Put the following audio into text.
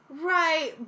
Right